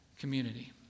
community